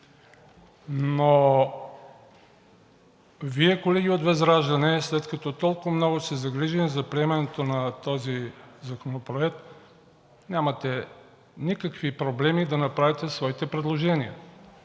Но Вие, колеги от ВЪЗРАЖДАНЕ, след като толкова много сте загрижени за приемането на този законопроект, нямате никакви проблеми да направите своите предложения